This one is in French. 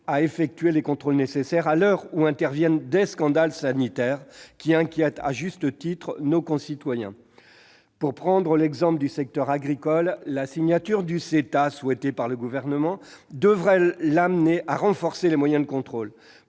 à effectuer les contrôles nécessaires, à l'heure où interviennent des scandales sanitaires qui inquiètent à juste titre nos concitoyens. Pour prendre l'exemple du secteur agricole, la signature du CETA, souhaitée par le Gouvernement, devrait l'amener à renforcer les moyens de contrôle,